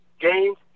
games